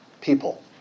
people